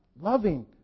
Loving